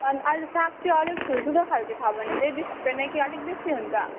on अहिले साग चाहिँ अलि ठुल्ठुलो खाल्के छ भने चाहिँ बिस रुपियाँ नै कि अलिक बेसी हुन्छ